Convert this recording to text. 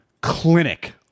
clinic –